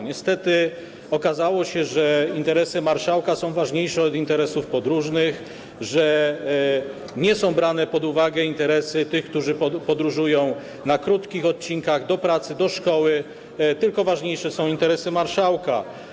Niestety okazało się, że interesy marszałka są ważniejsze od interesów podróżnych, że nie są brane pod uwagę interesy tych, którzy podróżują na krótkich odcinkach do pracy, do szkoły, tylko ważniejsze są interesy marszałka.